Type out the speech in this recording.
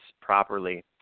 properly